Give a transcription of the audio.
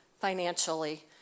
financially